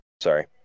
Sorry